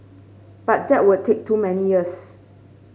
but that would take too many years